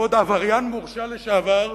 ועוד עבריין מורשע לשעבר,